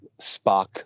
spock